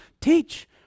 teach